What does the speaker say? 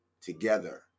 together